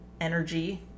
energy